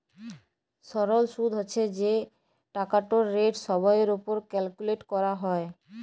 সরল সুদ্ হছে যে টাকাটর রেট সময়ের উপর ক্যালকুলেট ক্যরা হ্যয়